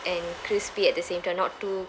and crispy at the same time not too